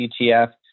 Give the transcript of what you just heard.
ETF